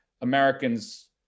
Americans